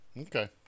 Okay